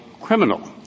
criminal